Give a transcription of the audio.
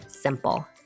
simple